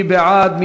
מי בעד?